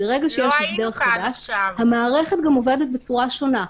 -- ברגע שיש הסדר חדש, המערכת עובדת בצורה שונה.